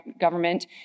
government